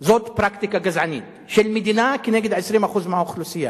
לא מהמסורת המשפחתית מבחירה אלא בכפייה.